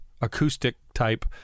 acoustic-type